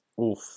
Oof